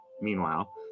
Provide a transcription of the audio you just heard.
meanwhile